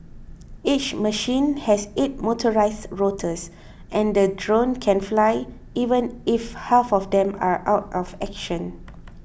each machine has eight motorised rotors and the drone can fly even if half of them are out of action